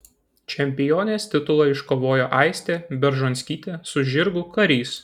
čempionės titulą iškovojo aistė beržonskytė su žirgu karys